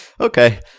Okay